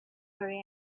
very